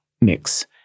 mix